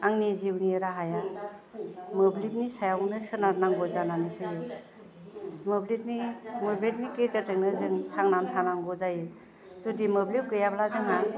आंनि जिउनि राहाया मोब्लिबनि सायावनो सोनारनांगौ जानानै फैयो मोब्लिबनि गेजेरजोंनो जों थांनानै थानांगौ जायो जुदि मोब्लिब गैयाब्ला जोंहा